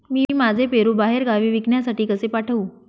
मी माझे पेरू बाहेरगावी विकण्यासाठी कसे पाठवू?